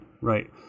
Right